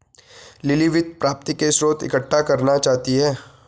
lily वित्त प्राप्ति के स्रोत इकट्ठा करना चाहती है